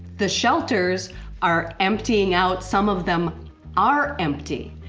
the shelters are emptying out. some of them are empty,